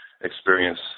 experience